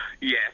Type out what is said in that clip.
Yes